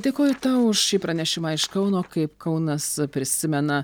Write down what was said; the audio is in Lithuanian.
dėkoju tau už šį pranešimą iš kauno kaip kaunas prisimena